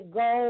go